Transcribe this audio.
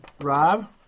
Rob